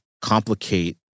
complicate